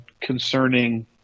concerning